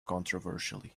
controversially